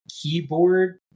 keyboard